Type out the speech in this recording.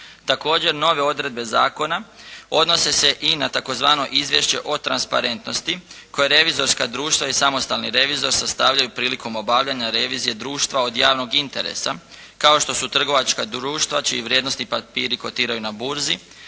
Također nove odredbe zakona odnose se i na tzv. izvješće o transparentnosti koje revizorska društva i samostalni revizor sastavljaju prilikom obavljanja revizije društva od javnog interesa kao što su trgovačka društva čiji vrijednosni papiri kotiraju na burzi,